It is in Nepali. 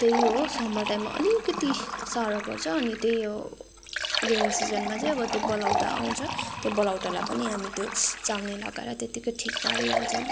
त्यही हो समर टाइममा अलिकति साह्रो पर्छ अनि त्यही हो अनि रेनी सिजनमा चाहिँ अब त्यो बलौटा आउँछ त्यो बलौटालाई पनि हामी त्यो चाल्नी लगाएर त्यत्तिकै ठिक पारिहाल्छ